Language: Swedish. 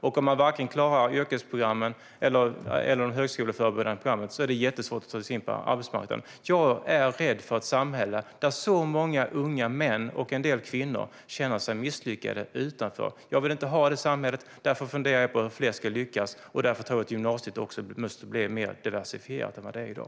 Om man varken klarar yrkesprogrammen eller de högskoleförberedande programmen är det dessutom jättesvårt att ta sig in på arbetsmarknaden. Jag är rädd för ett samhälle där många unga män och en del kvinnor känner sig misslyckade och utanför. Jag vill inte ha det samhället. Därför funderar jag på hur fler ska lyckas. Och därför tror jag att gymnasiet måste bli mer diversifierat än i dag.